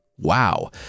Wow